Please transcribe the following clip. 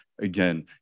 again